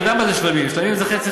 אתה יודע מה זה שלמים, שלמים זה חצי-חצי.